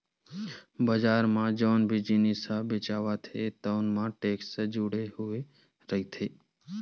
बजार म जउन भी जिनिस ह बेचावत हे तउन म टेक्स जुड़े हुए रहिथे